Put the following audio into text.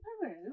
Peru